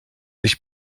ich